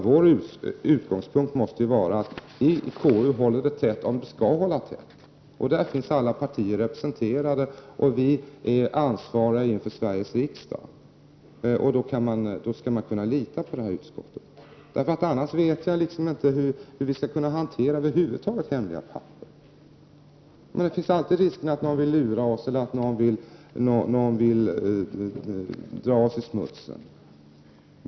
Vår utgångspunkt måste vara att i KU håller vi tätt, om vi skall hålla tätt. Där finns alla partier representerade, och vi är ansvariga inför Sveriges riksdag. Då skall man kunna lita på utskottet. Annars vet jag inte hur vi över huvud taget skall kunna hantera hemliga papper. Det finns alltid risk för att någon vill lura oss eller att någon vill dra oss i smutsen.